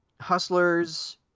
Hustlers